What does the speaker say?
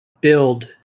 build